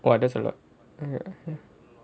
!wah! that's a lot